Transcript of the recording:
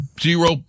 zero